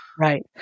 Right